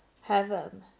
heaven